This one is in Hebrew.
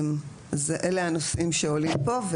אלה הנושאים שעולים פה.